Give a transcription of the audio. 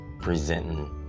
Presenting